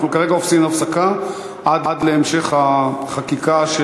אנחנו כרגע עושים הפסקה עד להמשך החקיקה,